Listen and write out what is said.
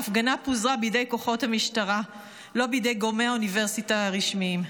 ההפגנה פוזרה בידי כוחות המשטרה ולא בידי גורמי האוניברסיטה הרשמיים.